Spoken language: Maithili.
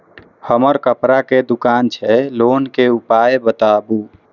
हमर कपड़ा के दुकान छै लोन के उपाय बताबू?